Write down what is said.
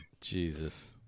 Jesus